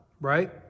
Right